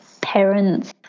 Parents